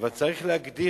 אבל צריך להגדיר.